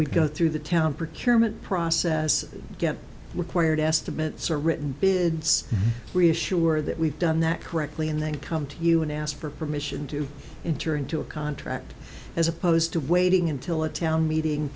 we go through the temperature meant process get required estimates are written bid reassure that we've done that correctly and then come to you and ask for permission to enter into a contract as opposed to waiting until a town meeting